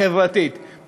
חברתית,